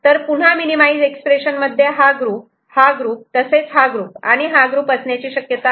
तर पुन्हा minimise expression मध्ये हा ग्रुप हा ग्रुप तसेच हा ग्रुप आणि हा ग्रुप असण्याची शक्यता आहे